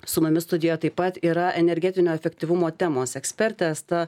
su mumis studijoje taip pat yra energetinio efektyvumo temos ekspertė asta